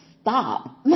stop